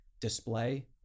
display